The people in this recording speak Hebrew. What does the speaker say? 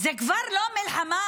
זאת כבר לא מלחמה,